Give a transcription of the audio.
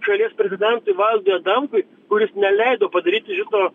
šalies prezidentui valdui adamkui kuris neleido padaryti šito